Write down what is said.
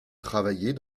travailler